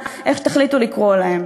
איך שתחליטו לקרוא להם.